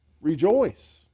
Rejoice